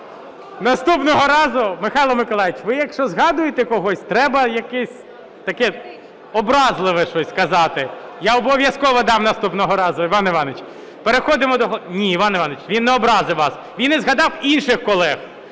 Наступного разу, Михайле Миколайовичу, ви, якщо згадуєте когось, треба якесь таке образливе щось казати. Я обов'язково дам наступного разу, Іван Іванович. Переходимо… Ні, Іван Іванович, він не образив вас. Він і згадав інших колег.